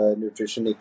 nutrition